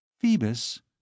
Phoebus